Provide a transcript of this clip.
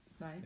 Right